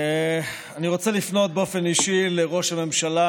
אני רוצה לפנות באופן אישי לראש הממשלה